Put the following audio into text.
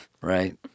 Right